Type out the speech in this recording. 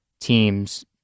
teams